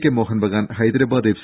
K Mohun Bagan Hyderabad F